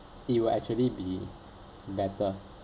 it will actually be better